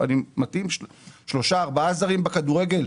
מתאים שלושה-ארבעה זרים בכדורגל,